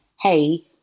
hey